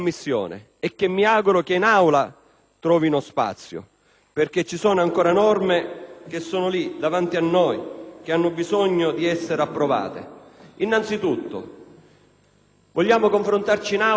trovino spazio. Ci sono infatti ancora delle norme che sono lì, davanti a noi, che hanno bisogno di essere approvate. Innanzi tutto, vogliamo confrontarci in Aula sul tema dell'obbligo della denuncia